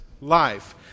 life